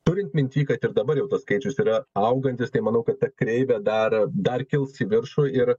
turint minty kad ir dabar jau tas skaičius yra augantis tai manau kad ta kreivė dar dar kils į viršų ir